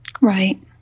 Right